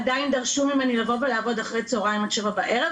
עדיין דרשו ממני לעבוד אחרי הצהריים עד שבע בערב.